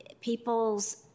people's